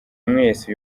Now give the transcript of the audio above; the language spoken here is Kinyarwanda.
mwese